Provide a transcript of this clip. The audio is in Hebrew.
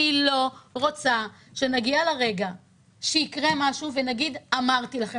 אני לא רוצה שנגיע לרגע שיקרה משהו ונגיד: אמרתי לכם.